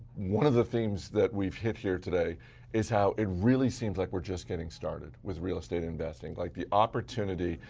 one of the themes that we've hit here today is how it really seems like we're just getting started with real estate investing. like the opportunity,